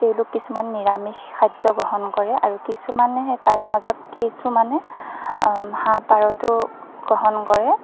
তেওঁলোক কিছুমান নিৰামিষ খাদ্য গ্ৰহণ কৰে আৰু কিছুমানেহে তাৰ মাজত কিছুমানে হাঁহ পাৰটো গ্ৰহণ কৰে